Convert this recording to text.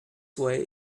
way